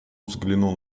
взглянул